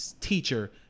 teacher